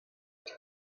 همین